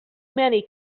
many